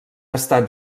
estat